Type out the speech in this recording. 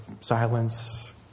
silence